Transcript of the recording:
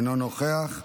אינו נוכח,